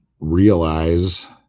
realize